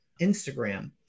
Instagram